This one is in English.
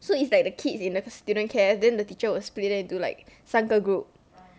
so it's like the kids in a student care then the teacher will split into like 三个 group